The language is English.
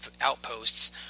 outposts